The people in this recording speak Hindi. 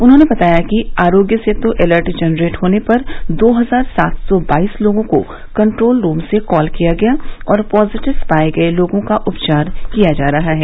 उन्होंने बताया कि आरोग्य सेतु अलर्ट जनरेट होने पर दो हजार सात सौ बाईस लोगों को कन्ट्रोल रूम से कॉल किया गया और पॉजीटिव पाये गये लोगों का उपचार किया जा रहा है